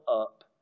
up